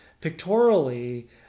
pictorially